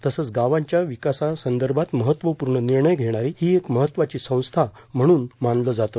तसंच गावाच्या विकासा संदर्भात महत्वपूर्ण निर्णय घेणारी ही एक महत्वाची संस्था म्हणून मानले जाते